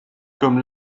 comme